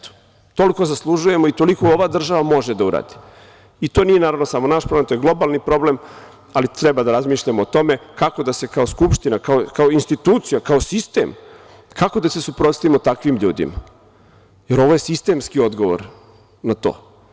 Toliko zaslužujemo i toliko ova država može da uradi i to naravno nije samo naš problem, to je globalni problem, ali treba da razmišljamo o tome kako da se kao Skupština, kao institucija, kao sistem suprotstavimo takvim ljudima, jer ovo je sistemski odgovor na to.